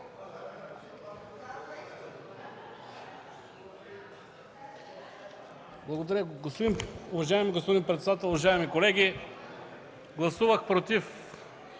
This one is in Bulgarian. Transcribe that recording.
Благодаря. Уважаеми господин председател, уважаеми колеги, гласувах „против”,